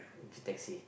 taxi